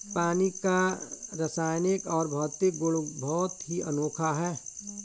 पानी का रासायनिक और भौतिक गुण बहुत ही अनोखा है